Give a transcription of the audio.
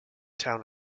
town